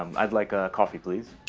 um i'd like a coffee please